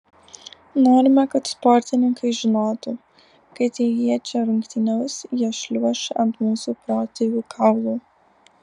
norime kad sportininkai žinotų kad jei jie čia rungtyniaus jie šliuoš ant mūsų protėvių kaulų